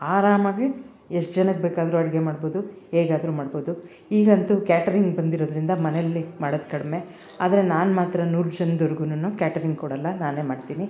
ಆರಾಮಾಗಿ ಎಷ್ಟು ಜನಕ್ಕೆ ಬೇಕಾದರೂ ಅಡಿಗೆ ಮಾಡ್ಬೊದು ಹೇಗಾದ್ರೂ ಮಾಡ್ಬೊದು ಈಗಂತೂ ಕ್ಯಾಟ್ರಿಂಗ್ ಬಂದಿರೋದರಿಂದ ಮನೆಯಲ್ಲಿ ಮಾಡೋದು ಕಡಿಮೆ ಆದರೆ ನಾನು ಮಾತ್ರ ನೂರು ಜನ್ದೊರ್ಗುನು ಕ್ಯಾಟ್ರಿಂಗ್ ಕೊಡಲ್ಲ ನಾನೇ ಮಾಡ್ತಿನಿ